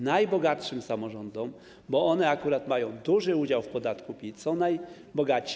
Najbogatszym samorządom, bo one akurat mają duży udział w podatku PIT, są najbogatsze.